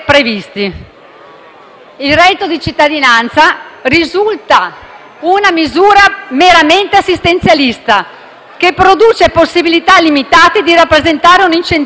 Il reddito di cittadinanza risulta una misura meramente assistenzialista che produce possibilità limitate di rappresentare un incentivo al lavoro.